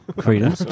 Freedom